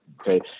Okay